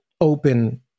open